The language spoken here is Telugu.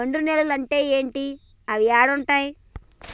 ఒండ్రు నేలలు అంటే ఏంటి? అవి ఏడ ఉంటాయి?